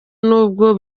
n’ubwo